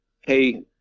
hey